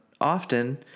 often